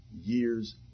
years